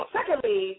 Secondly